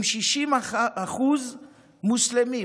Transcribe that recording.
עם 60% מוסלמים,